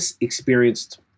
experienced